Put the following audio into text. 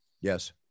Yes